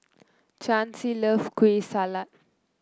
Chancy loves Kueh Salat